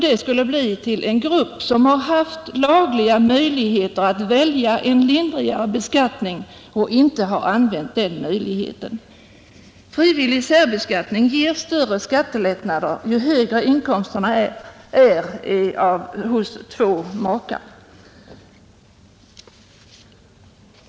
Det skulle gälla en grupp som har haft lagliga möjligheter att välja en lindrigare beskattning och inte har använt dessa möjligheter. Frivillig särbeskattning ger större skattelättnader ju högre inkomsterna är för två makar.